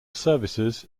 services